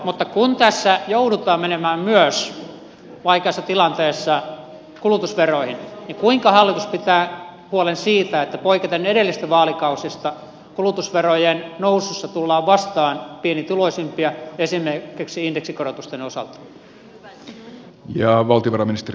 mutta kun tässä joudutaan menemään vaikeassa tilanteessa myös kulutusveroihin niin kuinka hallitus pitää huolen siitä että poiketen edellisistä vaalikausista kulutusverojen nousussa tullaan vastaan pienituloisimpia esimerkiksi indeksikorotusten osalta